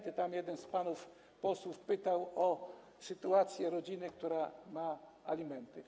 Tam jeden z panów posłów pytał o sytuację rodziny, która ma alimenty.